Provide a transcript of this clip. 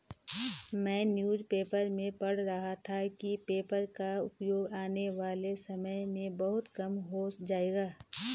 मैं newspaper में पढ़ रहा था कि पेपर का उपयोग आने वाले समय में बहुत कम हो जाएगा